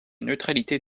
neutralité